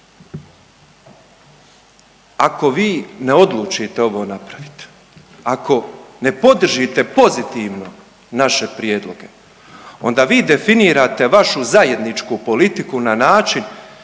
Ako vi ne odlučite ovo napraviti, ako ne podržite pozitivno naše prijedloge onda vi definirate vašu zajedničku politiku na način,